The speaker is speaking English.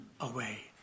away